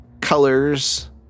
colors